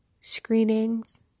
screenings